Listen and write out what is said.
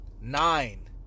nine